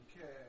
okay